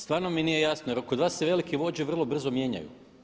Stvarno mi nije jasno, jer kod vas se velike vođe vrlo brzo mijenjaju.